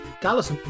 Dallas